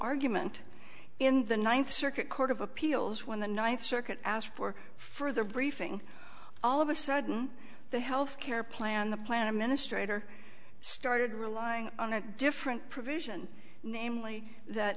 argument in the ninth circuit court of appeals when the ninth circuit asked for further briefing all of a sudden the health care plan the plan administrator started relying on a different provision namely that